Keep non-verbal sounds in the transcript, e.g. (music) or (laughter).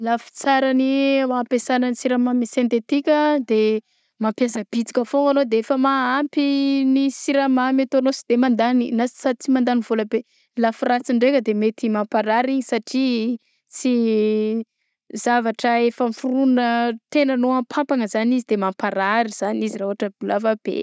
Ny lafitsaran'ny mampiasagna ny siramamy sintetika de mampiasa bitsika foagna anao de efa mahampy ny siramamy ataonao sy de mandagny na tsy de mandagny vaola be; lafiratsigny ndraika de mety mamparary igny satria tsy (hesitation) zavatra efa foronona tegna nihoampampagna zany izy de mamparary zany izy raha ôhatra fa raha fa be.